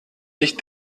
sich